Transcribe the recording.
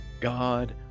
God